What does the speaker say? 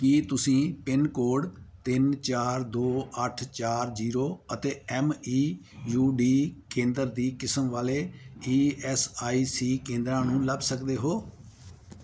ਕੀ ਤੁਸੀਂ ਪਿੰਨਕੋਡ ਤਿੰਨ ਚਾਰ ਦੋ ਅੱਠ ਚਾਰ ਜ਼ੀਰੋ ਅਤੇ ਐੱਮ ਈ ਯੂ ਡੀ ਕੇਂਦਰ ਦੀ ਕਿਸਮ ਵਾਲੇ ਈ ਐੱਸ ਆਈ ਸੀ ਕੇਂਦਰਾਂ ਨੂੰ ਲੱਭ ਸਕਦੇ ਹੋ